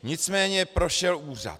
Nicméně prošel úřad.